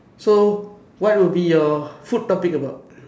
so what will be your food topic about